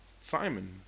Simon